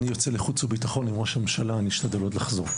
אני יוצא לחוץ וביטחון עם ראש הממשלה אני אשתדל מאוד לחזור.